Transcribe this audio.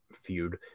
feud